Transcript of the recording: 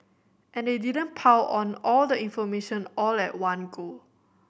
and they didn't pile on all the information all at one go